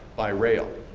by rail.